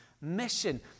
mission